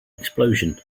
explosion